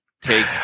take